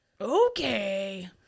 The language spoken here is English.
Okay